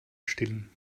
stillen